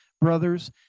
brothers